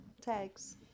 tags